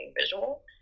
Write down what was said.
visual